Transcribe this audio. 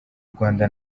rwanda